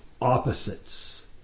opposites